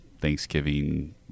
Thanksgiving